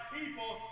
people